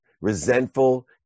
resentful